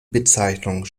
bezeichnung